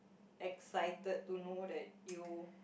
excited to know that you